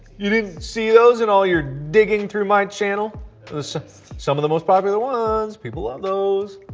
you didn't see those in all your digging through my channel? it was some of the most popular ones. people love those.